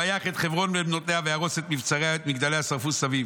"ויך את חברון ואת בנותיה ויהרוס את מבצריה ואת מגדליה שרפו מסביב.